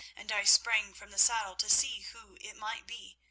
and i sprang from the saddle to see who it might be,